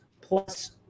plus